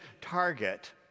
target